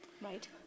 Right